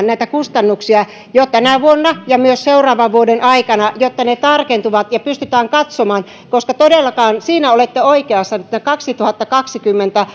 näitä kustannuksia jo tänä vuonna ja myös seuraavan vuoden aikana jotta ne tarkentuvat ja niitä pystytään katsomaan koska todellakaan siinä olette oikeassa kaksituhattakaksikymmentä